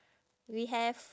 we have